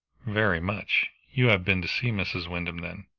very much. you have been to see mrs. wyndham, then?